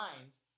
lines